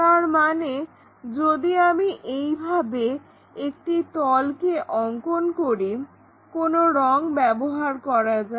তার মানে যদি আমি এইভাবে একটি তলকে অঙ্কন করি কোনো রং ব্যবহার করা যাক